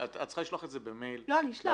את צריכה לשלוח את זה במייל לוועדה,